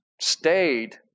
stayed